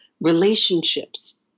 relationships